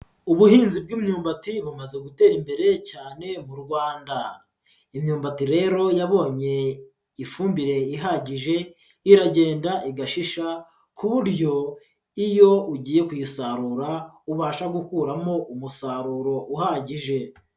Ubuhinzi bw'imyumbati bumaze gutera imbere cyane mu Rwanda, imyumbati rero yabonye ifumbire ihagije iragenda igashisha ku buryo iyo ugiye kuyisarura ubasha gukuramo umusaruro uhagije.